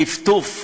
טפטוף.